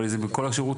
אבל זה כל השירותים.